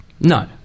No